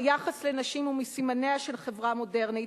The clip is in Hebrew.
היחס לנשים הוא מסימניה של חברה מודרנית.